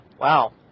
wow